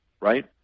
right